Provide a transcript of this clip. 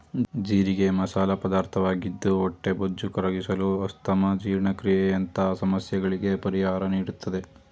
ಜೀರಿಗೆ ಮಸಾಲ ಪದಾರ್ಥವಾಗಿದ್ದು ಹೊಟ್ಟೆಬೊಜ್ಜು ಕರಗಿಸಲು, ಅಸ್ತಮಾ, ಜೀರ್ಣಕ್ರಿಯೆಯಂತ ಸಮಸ್ಯೆಗಳಿಗೆ ಪರಿಹಾರ ನೀಡುತ್ತದೆ